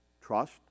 Trust